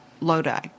Lodi